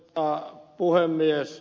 arvoisa puhemies